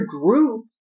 group